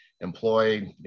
employed